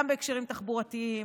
גם בהקשרים תחבורתיים,